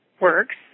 works